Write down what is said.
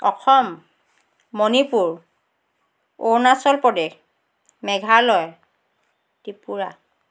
Assam Manipur Arunachal Pradesh Meghalaya Tripura